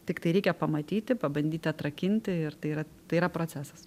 tiktai reikia pamatyti pabandyti atrakinti ir tai yra tai yra procesas